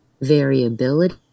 variability